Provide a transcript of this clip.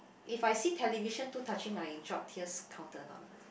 if I see television too touching I drop tears counted or not